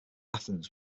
athens